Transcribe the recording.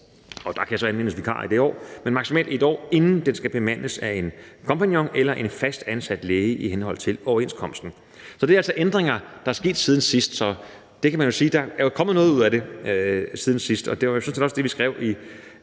og der kan så anvendes vikarer i det år – inden den skal bemandes af en kompagnon eller en fast ansat læge i henhold til overenskomsten. Det er altså ændringer, der er sket siden sidst, så man kan sige, at der jo er kommet noget ud af det siden sidst, og det var sådan set også det, vi skrev i